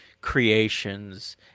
creations